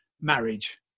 marriage